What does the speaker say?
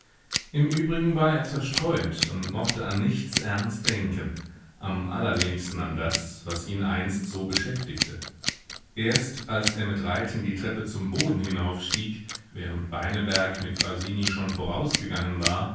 im übrigen war er zerstreut und mochte an nichts ernst denken am allerwenigsten an das was ihn einst so beschäftigte erst als er mit reiting die treppe zum boden hinaufstieg während beineberg mit basini schon vorausgegangen war